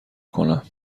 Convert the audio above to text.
کنم